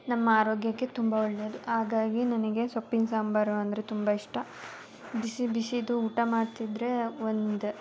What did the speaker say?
ನಮ್ಮ ಆರೋಗ್ಯಕ್ಕೆ ತುಂಬ ಒಳ್ಳೆಯದು ಹಾಗಾಗಿ ನನಗೆ ಸೊಪ್ಪಿನ ಸಾಂಬಾರು ಅಂದರೆ ತುಂಬ ಇಷ್ಟ ಬಿಸಿ ಬಿಸೀದು ಊಟ ಮಾಡ್ತಿದ್ದರೆ ಒಂದು